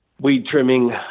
weed-trimming